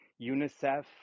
UNICEF